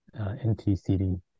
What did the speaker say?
NTCD